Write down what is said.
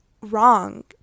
wrong